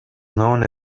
known